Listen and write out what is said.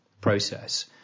process